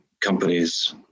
Companies